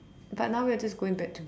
but now we are just going back to